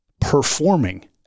performing